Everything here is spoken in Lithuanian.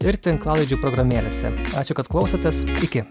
ir tinklalaidžių programėlėse ačiū kad klausotės iki